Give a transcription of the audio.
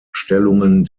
stellungen